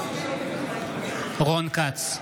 בעד רון כץ,